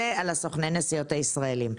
זה על סוכני הנסיעות הישראלים,